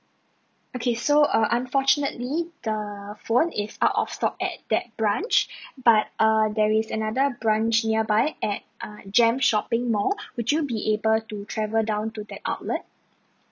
okay so uh unfortunately the phone is out of stock at that branch but err there is another branch nearby at uh JEM shopping mall would you be able to travel down to that outlet